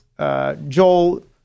Joel